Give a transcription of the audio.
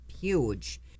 huge